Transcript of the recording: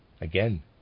again